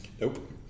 Nope